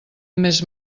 més